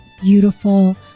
beautiful